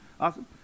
Awesome